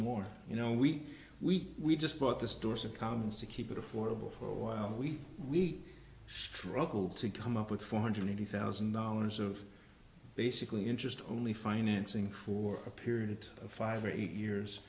more you know we we we just bought this door succumbs to keep it affordable for a while we we struggled to come up with four hundred eighty thousand dollars of basically interest only financing for a period of five or eight years